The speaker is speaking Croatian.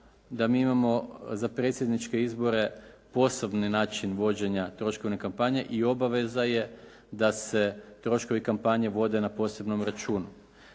da mi imamo za predsjedničke izbore poseban način vođenja troškova kampanje i obaveza je da se troškovi kampanje vode na posebnom računu.